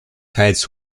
teils